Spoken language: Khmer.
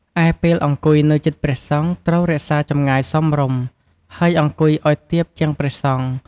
ឯ ពេលអង្គុយនៅជិតព្រះសង្ឃ ត្រូវរក្សាចម្ងាយសមរម្យ ហើយអង្គុយឲ្យទាបជាងព្រះអង្គ។